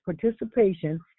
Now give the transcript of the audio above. participation